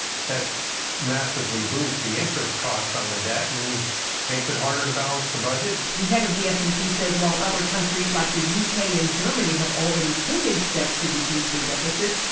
that massively boosts the interest costs on the debt and makes it harder to balance the budget. the head of the s and p says while other countries like the you know uk and germany have already taken steps to decrease their deficits,